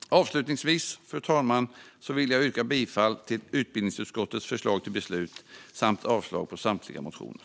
Avslutningsvis, fru talman, vill jag yrka bifall till utbildningsutskottets förslag till beslut samt avslag på samtliga motioner.